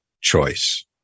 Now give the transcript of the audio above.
choice